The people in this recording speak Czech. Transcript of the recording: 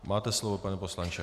Máte slovo, pane poslanče.